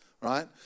right